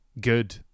good